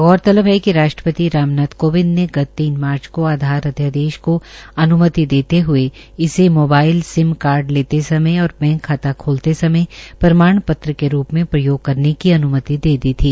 गौरतलब है कि राष्ट्रपति राम नाथ कोविंद ने गत तीन मार्च को आधार अध्यादेश को अन्मति देते हये इसे मोबाइल सिम कार्ड लेते समय और बैंक खाता खोलते समय समय प्रमाण पत्र के रूप में प्रयोग करने की अन्मति दे दी थी